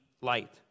light